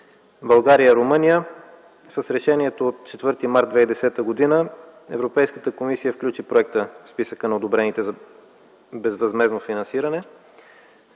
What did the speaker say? България и Румъния. С решението си от 4 март 2010 г. Европейската комисия включи проекта в списъка на одобрените за безвъзмездно финансиране,